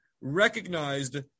recognized